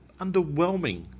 underwhelming